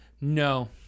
No